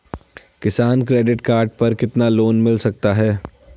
किसान credit card पर कितना लोंन मिल सकता है?